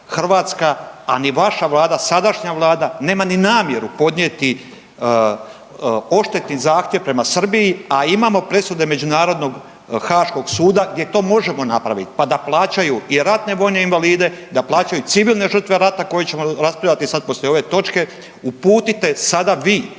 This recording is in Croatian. Hrvatska a ni vaša Vlada sadašnja Vlada nema ni namjeru podnijeti odštetni zahtjev prema Srbiji, a imamo presude Međunarodnog haaškog suda gdje to možemo napraviti pa da plaćaju i ratne vojne invalide, da plaćaju civilne žrtve rata koje ćemo raspravljati sada poslije ove točke. Uputite sada vi.